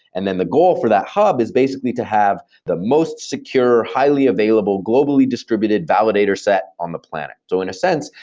and then the goal for that hub is basically to have the most secure, highly available, globally distributed validator set on the planet. so in a sense,